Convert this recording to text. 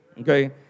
okay